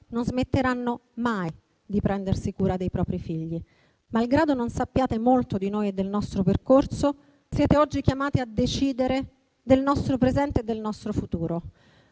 non smetteranno mai di prendersi cura dei propri figli. Malgrado non sappiate molto di noi e del nostro percorso, siete oggi chiamati a decidere del nostro presente e del nostro futuro.